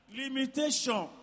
limitation